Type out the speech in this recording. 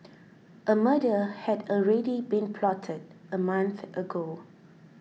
a murder had already been plotted a month ago